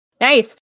Nice